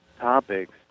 topics